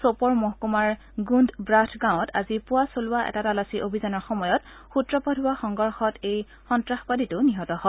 ছপৰ মহকুমাৰ গুন্দ ব্ৰাথ গাঁৱত আজি পুৱা চলোৱা এটা তালাচী অভিযানৰ সময়ত সূত্ৰপাত হোৱা সংঘৰ্ষত এই সন্নাসবাদীটো নিহত হয়